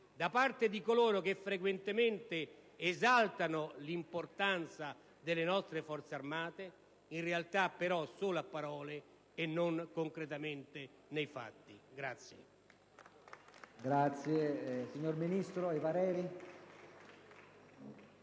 da parte di coloro che frequentemente esaltano l'importanza delle nostre Forze armate, in realtà però solo a parole e non concretamente nei fatti.